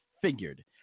figured